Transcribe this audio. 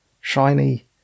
shiny